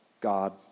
God